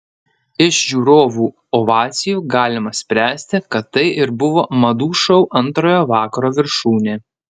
iš žiūrovų ovacijų galima spręsti kad tai ir buvo madų šou antrojo vakaro viršūnė